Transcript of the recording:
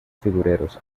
figureros